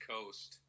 Coast